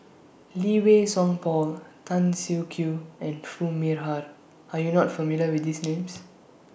Lee Wei Song Paul Tan Siak Kew and Foo Mee Har Are YOU not familiar with These Names